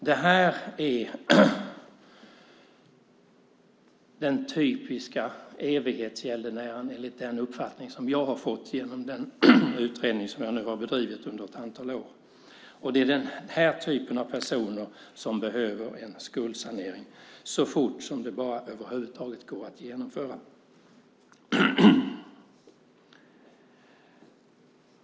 Detta är den typiska evighetsgäldenären, enligt den uppfattning jag har fått av den utredning jag nu har bedrivit under ett antal år. Det är denna typ av personer som behöver en skuldsanering så fort det över huvud taget går att genomföra.